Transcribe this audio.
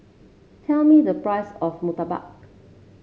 tell me the price of murtabak